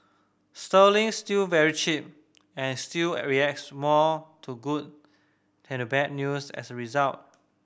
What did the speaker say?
sterling's still very cheap and still reacts more to good bad news as a result